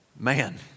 Man